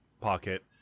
pocket